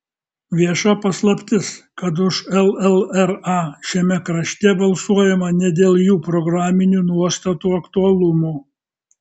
vieša paslaptis kad už llra šiame krašte balsuojama ne dėl jų programinių nuostatų aktualumo